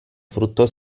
frutto